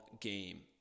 game